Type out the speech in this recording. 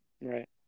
Right